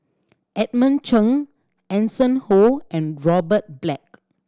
Edmund Cheng Hanson Ho and Robert Black